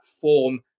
form